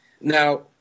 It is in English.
now